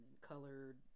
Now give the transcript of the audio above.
colored